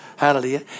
Hallelujah